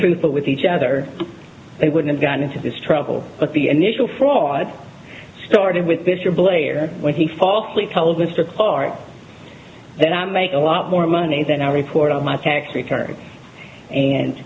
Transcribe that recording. truthful with each other they would have gotten into this trouble but the initial fraud started with mr blair when he falsely told mr carter that i make a lot more money than i report on my tax return and